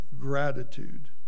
gratitude